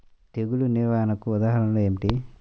తెగులు నిర్వహణకు ఉదాహరణలు ఏమిటి?